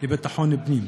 לביטחון הפנים.